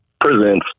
Presents